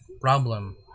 problem